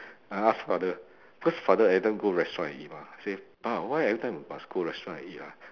I ask father because father every time go restaurant and eat mah I said pa why every time must go restaurant and eat ah